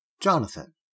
Jonathan